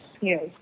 yes